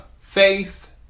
faith